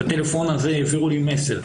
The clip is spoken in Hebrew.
בטלפון הזה העבירו לי מסר,